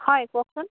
হয় কওকচোন